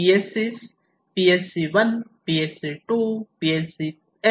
PLCs PLC1 PLC2 PLC n आहेत